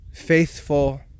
faithful